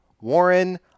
Warren